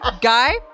guy